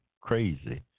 crazy